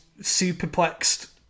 superplexed